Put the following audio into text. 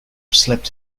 slipped